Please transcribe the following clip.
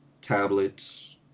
tablets